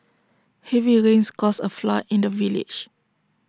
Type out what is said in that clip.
heavy rains caused A flood in the village